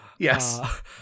yes